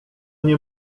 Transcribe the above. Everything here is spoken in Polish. nie